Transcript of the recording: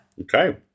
Okay